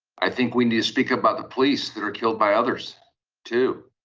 i think we need to speak about the police that are killed by others too.